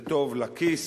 זה טוב לכיס,